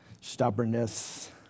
stubbornness